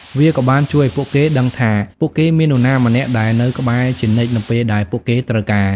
វាក៏បានជួយឱ្យពួកគេដឹងថា ពួកគេមាននរណាម្នាក់ដែលនៅក្បែរជានិច្ចនៅពេលដែលពួកគេត្រូវការ។